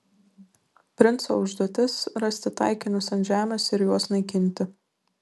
princo užduotis rasti taikinius ant žemės ir juos naikinti